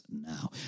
now